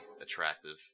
attractive